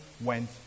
went